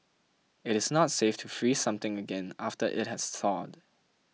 it is not safe to freeze something again after it has thawed